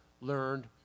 learned